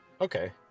Okay